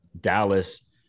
Dallas